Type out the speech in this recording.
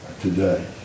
today